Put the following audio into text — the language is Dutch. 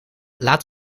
laat